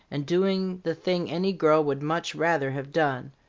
and doing the thing any girl would much rather have done.